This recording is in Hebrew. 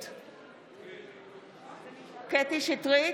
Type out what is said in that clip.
קטרין שטרית,